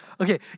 Okay